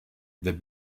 wer